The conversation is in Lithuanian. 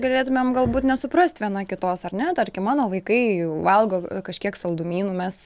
galėtumėm galbūt nesuprast viena kitos ar ne tarkim mano vaikai valgo kažkiek saldumynų mes